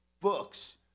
books